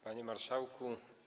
Panie Marszałku!